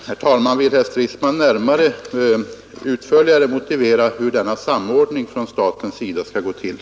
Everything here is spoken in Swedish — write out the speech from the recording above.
Herr talman! Vill herr Stridsman utförligare förklara hur denna samordning från statens sida skall gå till?